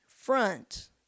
front